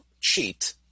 cheat